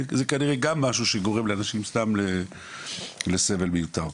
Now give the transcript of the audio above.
זה כנראה גם משהו שגורם לאיזשהו סתם סבל מיותר.